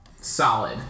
solid